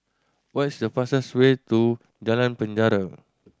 what is the fastest way to Jalan Penjara